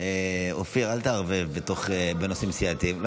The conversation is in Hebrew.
בקריאה הטרומית ותעבור לוועדה לביטחון